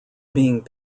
being